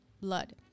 blood